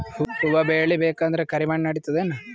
ಹುವ ಬೇಳಿ ಬೇಕಂದ್ರ ಕರಿಮಣ್ ನಡಿತದೇನು?